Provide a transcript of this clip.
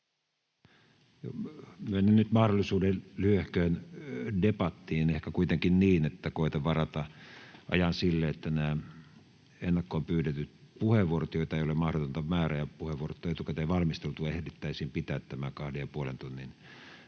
Myönnän nyt mahdollisuuden lyhyehköön debattiin, ehkä kuitenkin niin, että koetan varata ajan sille, että nämä ennakkoon pyydetyt puheenvuorot, joita ei ole mahdotonta määrää ja jotka on etukäteen valmisteltu, ehdittäisiin pitää tämän 2,5 tunnin